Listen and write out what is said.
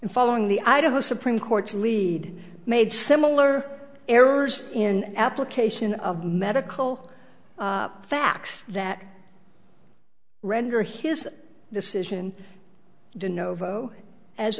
and following the idaho supreme court's lead made similar errors in application of medical facts that render his decision